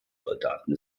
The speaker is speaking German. soldaten